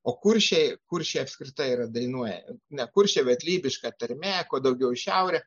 o kuršiai kuršiai apskritai yra dainuoja ne kuršiai bet lybiška tarmė kuo daugiau į šiaurę